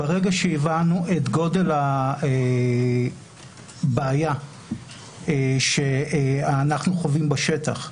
ברגע שהבנו את גודל הבעיה שאנחנו חווים בשטח,